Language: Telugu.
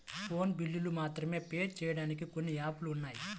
ఫోను బిల్లులు మాత్రమే పే చెయ్యడానికి కొన్ని యాపులు ఉన్నాయి